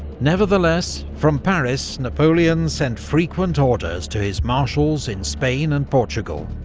nevertheless, from paris, napoleon sent frequent orders to his marshals in spain and portugal,